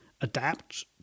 adapt